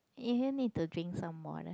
if you need to drink some water